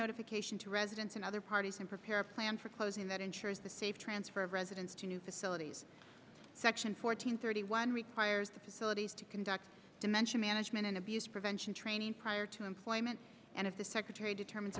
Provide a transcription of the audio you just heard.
notification to residents and other parties and prepare a plan for closing that ensures the safe transfer of residents to new facilities section four hundred thirty one requires the facilities to conduct dementia management and abuse prevention training prior to employment and if the secretary determines